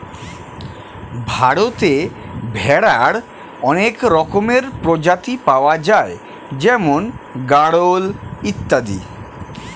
ভারতে ভেড়ার অনেক রকমের প্রজাতি পাওয়া যায় যেমন গাড়ল ইত্যাদি